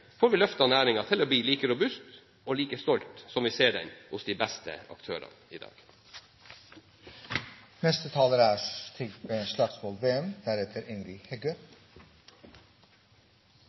vi løftet næringen til å bli like robust og like stolt som vi ser den hos de beste aktørene i